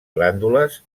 glàndules